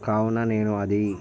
కావున నేను అది